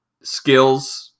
skills